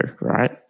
right